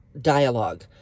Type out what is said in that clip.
dialogue